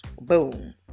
Boom